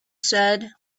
said